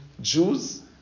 Jews